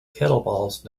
kettlebells